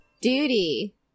Duty